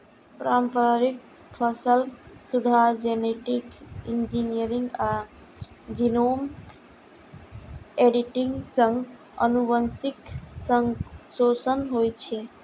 पारंपरिक फसल सुधार, जेनेटिक इंजीनियरिंग आ जीनोम एडिटिंग सं आनुवंशिक संशोधन होइ छै